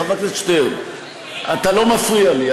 חבר הכנסת שטרן: אתה לא מפריע לי.